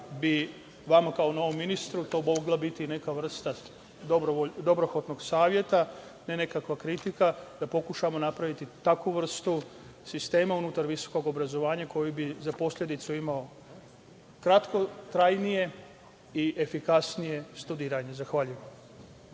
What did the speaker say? bi vama kao novom ministru to mogla biti neka vrsta dobrog saveta, ne nekakva kritika, da pokušamo napraviti takvu vrstu sistema unutar visokog obrazovanja koji bi za posledicu imao kratkotrajnije i efikasnije studiranje. Zahvaljujem.